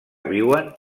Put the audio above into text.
viuen